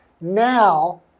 Now